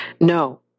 No